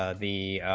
ah the